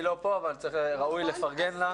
היא לא פה, אבל ראוי לפרגן לה.